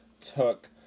took